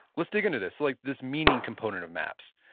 let's dig into this, like this meaning component of maps.